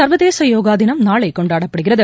சர்வதேச யோகா தினம் நாளை கொண்டாடப்படுகிறது